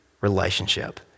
relationship